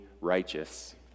righteous